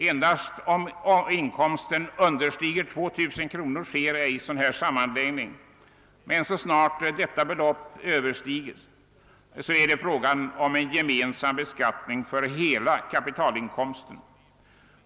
Endast om inkomsten understiger 2 000 kr. sker inte en sådan sammanläggning, men så snart inkomsten är högre, blir det en gemensam beskattning för hela kapitalinkomsten.